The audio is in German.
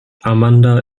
amanda